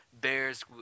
bears